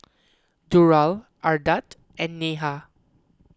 Durrell Ardath and Neha